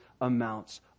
amounts